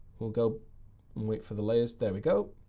we'll go and wait for the layers. there we go.